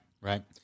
Right